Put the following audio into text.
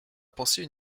pensée